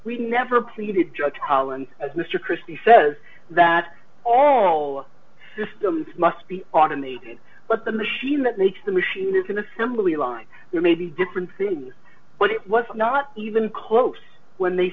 we never pleaded just as mr christie says that all systems must be automated but the machine that makes the machine is an assembly line maybe different things but it was not even close when they